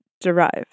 derived